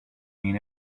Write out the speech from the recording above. mean